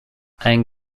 and